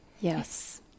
Yes